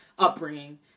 upbringing